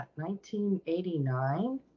1989